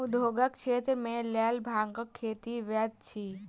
उद्योगक क्षेत्र के लेल भांगक खेती वैध अछि